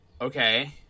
Okay